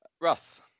Russ